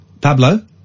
Pablo